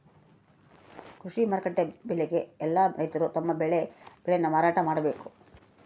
ಕೃಷಿ ಮಾರುಕಟ್ಟೆ ಬೆಲೆಗೆ ಯೆಲ್ಲ ರೈತರು ತಮ್ಮ ಬೆಳೆ ನ ಮಾರಾಟ ಮಾಡ್ಬೇಕು